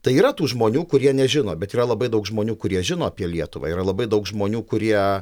tai yra tų žmonių kurie nežino bet yra labai daug žmonių kurie žino apie lietuvą yra labai daug žmonių kurie